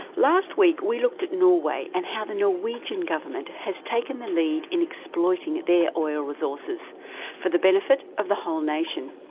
last week we looked at norway and how the norwegian government has taken the lead in exploiting their oil resources for the benefit of the whole nation.